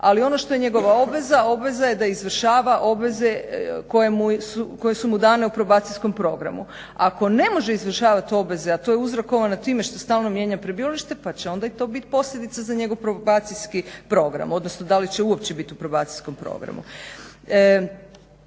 ali ono što je njegova obveza, obveza je da izvršava obveze koje su mu dane u probacijskom programu. Ako ne može izvršavati obveze a to je uzrokovano time što stalno mijenja prebivalište pa će onda i to biti posljedica za njegov probacijski program, odnosno da li će uopće biti u probacijskom programu.